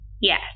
Yes